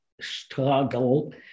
struggle